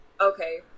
okay